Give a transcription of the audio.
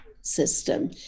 system